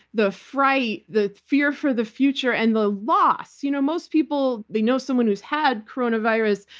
the fright, the fear for the future, and the loss. you know most people, they know someone who's had coronavirus,